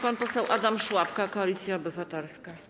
Pan poseł Adam Szłapka, Koalicja Obywatelska.